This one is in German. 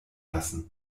lassen